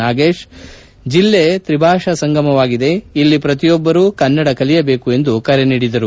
ನಾಗೇಶ್ ಜಿಲ್ಲೆ ತ್ರಿಭಾಷಾ ಸಂಗಮವಾಗಿದೆ ಇಲ್ಲಿನ ಪ್ರತಿಯೊಬ್ಬರು ಕನ್ನಡ ಕಲಿಯಬೇಕು ಎಂದು ಕರೆ ನೀಡಿದರು